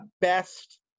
best